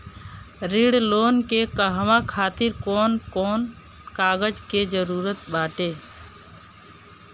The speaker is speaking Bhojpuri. ऋण लेने के कहवा खातिर कौन कोन कागज के जररूत बाटे?